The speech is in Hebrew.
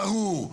ברור,